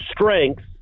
strength